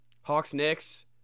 Hawks-Knicks